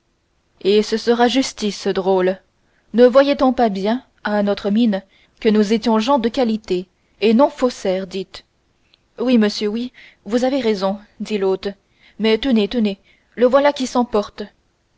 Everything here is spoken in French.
et ce sera justice drôle ne voyait-on pas bien à notre mine que nous étions gens de qualité et non faussaires dites oui monsieur oui vous avez raison dit l'hôte mais tenez tenez le voilà qui s'emporte